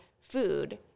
food